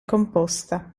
composta